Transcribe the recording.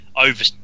over